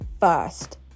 first